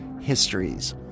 histories